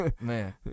man